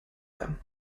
them